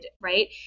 right